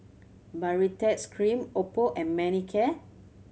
Baritex Cream oppo and Manicare